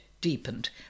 deepened